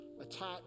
attack